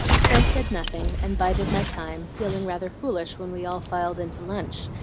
so i said nothing and bided my time, feeling rather foolish when we all filed in to lunch,